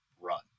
run